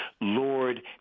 Lord